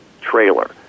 trailer